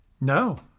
No